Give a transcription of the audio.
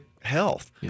health